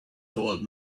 told